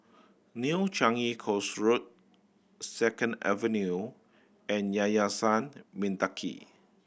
New Changi Coast Road Second Avenue and Yayasan Mendaki